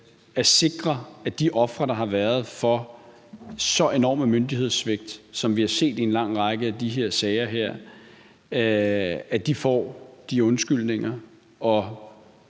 at sikre, at de ofre, der har været for så enorme myndighedssvigt, som vi har set i en lang række af de her sager, får undskyldninger